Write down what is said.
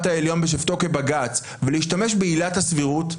העליון בשבתו כבג"ץ ולהשתמש בעילת הסבירות,